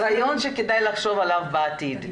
רעיון שכדאי לחשוב עליו בעתיד.